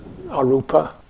arupa